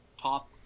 top